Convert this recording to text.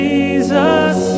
Jesus